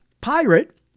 pirate